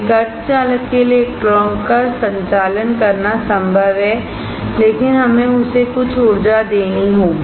एक सेमीकंडक्टर के लिए इलेक्ट्रॉन का संचालन करना संभव है लेकिनहमें कुछ ऊर्जा देनी होगी